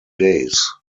days